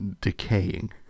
Decaying